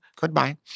Goodbye